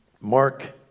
Mark